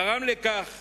גרם לכך